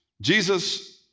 Jesus